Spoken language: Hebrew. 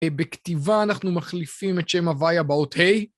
בכתיבה אנחנו מחליפים את שם הוויה באות ה.